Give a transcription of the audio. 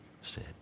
stay